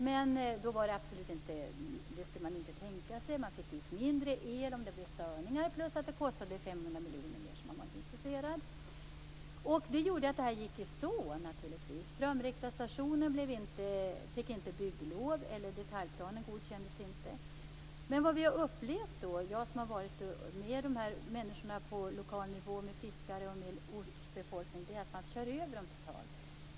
Men det skulle man absolut inte kunna tänka sig. Man fick ut mindre el om det blev störningar plus att det kostade 500 miljoner mer. Då var man inte intresserad. Och det gjorde naturligtvis att detta gick i stå. Detaljplanen över Strömriktarstationen godkändes inte. Jag har ju varit med människorna på lokal nivå, med fiskare och med ortsbefolkningen, och man kör över dessa totalt.